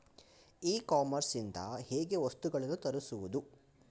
E commerce ಇಂದ ಹೇಗೆ ವಸ್ತುಗಳನ್ನು ತರಿಸುವುದು?